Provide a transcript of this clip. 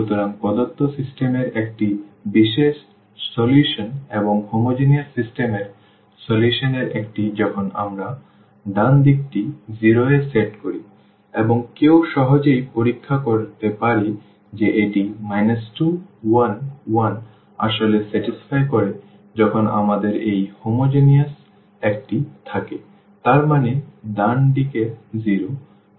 সুতরাং প্রদত্ত সিস্টেম এর একটি বিশেষ সমাধান এবং হোমোজেনিয়াস সিস্টেম এর সমাধান এর এটি যখন আমরা ডান দিকটি 0 এ সেট করি এবং কেউ সহজেই পরীক্ষা করতে পারে যে এটি 2 1 1 আসলে সন্তুষ্ট করে যখন আমাদের এই হোমোজেনিয়াস একটি থাকে তার মানে ডান দিকের 0